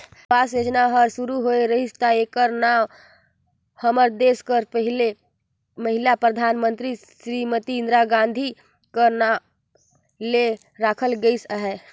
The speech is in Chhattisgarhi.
आवास योजना हर सुरू होए रहिस ता एकर नांव हमर देस कर पहिल महिला परधानमंतरी सिरीमती इंदिरा गांधी कर नांव ले राखल गइस अहे